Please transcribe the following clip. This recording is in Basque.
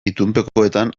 itunpekoetan